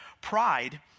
Pride